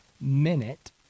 minute